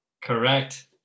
Correct